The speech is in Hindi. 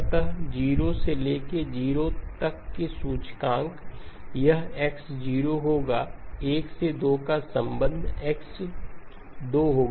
अतः 0 से लेकर 0 तक के सूचकांक यह x 0 होगा 1 से 2 का संबंध x 2 होगा